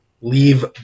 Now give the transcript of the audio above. leave